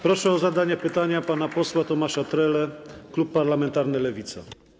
Proszę o zadanie pytania pana posła Tomasza Trelę, klub parlamentarny Lewica.